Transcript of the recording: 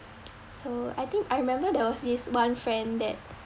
so I think I remember there was this one friend that